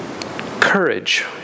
Courage